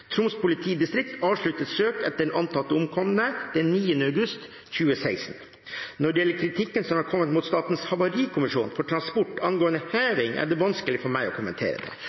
Troms politidistrikt avsluttet søk etter den antatt omkomne den 9. august 2016. Når det gjelder kritikken som har kommet mot Statens Havarikommisjon for Transport angående heving, er det vanskelig for meg å kommentere det.